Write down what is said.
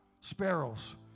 Sparrows